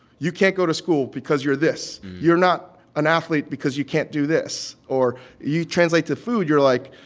you can't go to school because you're this. you're not an athlete because you can't do this. or you translate to food. you're like,